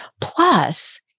Plus